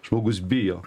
žmogus bijo